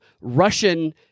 Russian